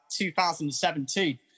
2017